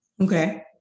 Okay